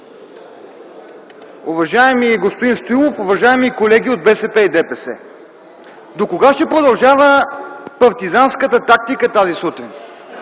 Уважаеми господин Стоилов, уважаеми колеги от БСП и ДПС! Докога ще продължава партизанската тактика тази сутрин?